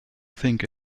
think